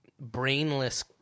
brainless